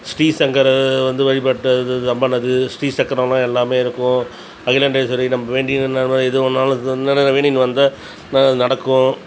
ஸ்ரீசங்கரர் வந்து வழிபட்ட அது அம்மன் அது ஸ்ரீசக்கரலாம் எல்லாமே இருக்கும் அகிலாண்டேஸ்வரியை நம்ம வேண்டியிருந்தோன்னா எது வேணாலும் ஒரு வேண்டிகிட்டு வந்த ந நடக்கும்